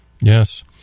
Yes